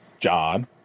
John